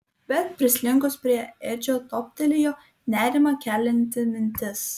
bet prislinkus prie edžio toptelėjo nerimą kelianti mintis